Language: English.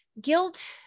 guilt